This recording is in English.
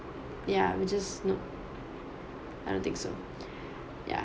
yeah which is no I don't think so ya